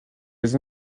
les